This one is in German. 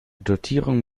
dotierung